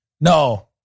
No